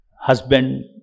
husband